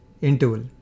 interval